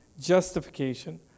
Justification